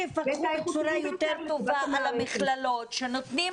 במקום שיפקחו בצורה יותר טובה על המכללות שנותנים